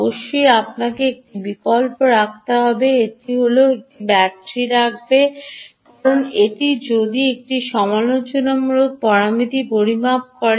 অবশ্যই আপনাকে একটি বিকল্প রাখতে হবে এটি হল এটি একটি ব্যাটারি রাখবে কারণ এটি যদি একটি সমালোচনামূলক পরামিতি পরিমাপ করে